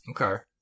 Okay